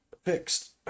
fixed